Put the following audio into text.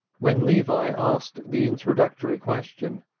when levi asked the introductory question,